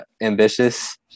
ambitious